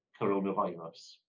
coronavirus